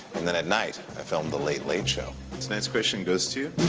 and then at night i film the late, late show. next question goes to,